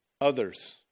Others